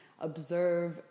observe